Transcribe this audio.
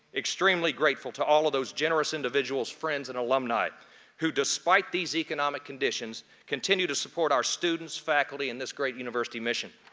extremely grateful to all of those generous individuals, friends, and alumni who, despite these economic conditions, continue to support our students, faculty, and this great university mission.